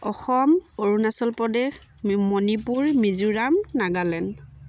Assam Arunachal Pradesh Manipur Mizoram Nagaland